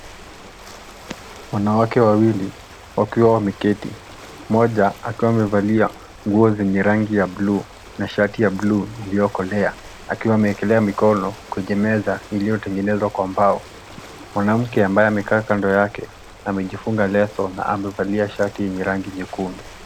Wanawake wawili wakiwa wameketi; mmoja akiwa amevalia nguo zenye rangi ya bluu na shati ya bluu iliyokolea, akiwa ameekelea mikono kwenye meza iliyotengenezwa kwa mbao. Mwanamke ambaye amekaa kando yake, amejifunga leso na amevalia shati yenye rangi nyekundu.